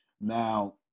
Now